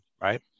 right